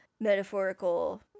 metaphorical